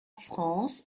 france